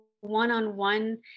one-on-one